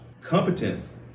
Competence